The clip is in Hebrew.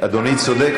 אדוני צודק.